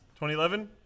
2011